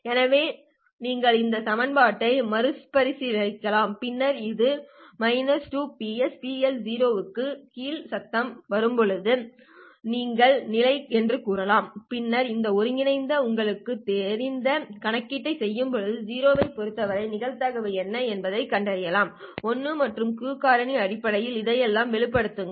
எனவே நீங்கள் இந்த சமன்பாட்டை மறுசீரமைக்கலாம் பின்னர் இந்த 2PsPLO க்குக் கீழே சத்தம் வரும்போது இது நிகழும் நிலை என்று கூறலாம் பின்னர் நீங்கள் ஒருங்கிணைத்து உங்களுக்குத் தெரிந்த கணக்கீட்டைச் செய்து 0 ஐப் பெறுவதற்கான நிகழ்தகவு என்ன என்பதைக் கண்டறியலாம் 1 மற்றும் Q காரணி அடிப்படையில் இதையெல்லாம் வெளிப்படுத்துங்கள்